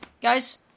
Guys